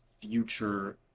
Future